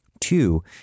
Two